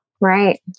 Right